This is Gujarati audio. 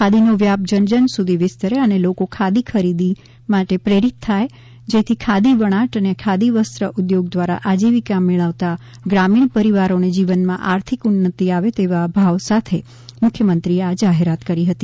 ખાદીનો વ્યાપ જન જન સુધી વિસ્તરે અને લોકો ખાદી ખરીદી માટે પ્રેરિત થાય જેથી ખાદી વણાટ અને ખાદીવસ્ત્ર ઉદ્યોગ દ્વારા આજીવિકા મેળવતા ગ્રામીણ પરિવારોના જીવનમાં આર્થિક ઉન્નતિ આવેતેવા ઉદ્દાત ભાવ સાથે મુખ્યમંત્રીશ્રીએ આ જાહેરાત કરી છે